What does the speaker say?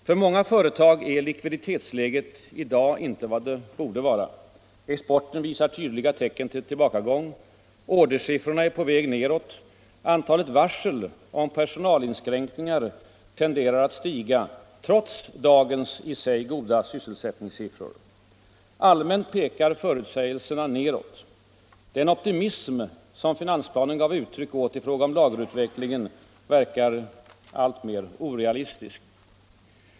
För många företag är likviditetsläget i dag inte vad det borde vara. Exporten visar tydliga tecken till tillbakagång. Ordersiffrorna är på väg nedåt. Antalet varsel om personalinskränkningar tenderar att stiga, trots dagens i sig goda sysselsättningssiffror. Allmänt pekar förutsägelserna nedåt. Den optimism som finansplanen gav uttryck åt i fråga om lagerutvecklingen verkar alltmer orealistisk.